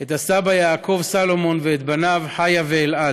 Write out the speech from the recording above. את סבא יעקב סלומון ואת ילדיו חיה ואלעד,